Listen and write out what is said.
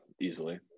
easily